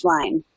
line